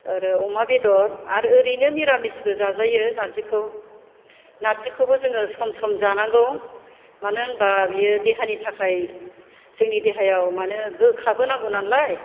आरो अमा बेदर आरो ओरैनो निरामिसबो जाजायो नारजिखौ नारजिखौबो जोङो सम सम जानांगौ मानो होनबा बियो देहानि थाखाय जोंनि देहायाव माने गोखाबो नांगौ नालाय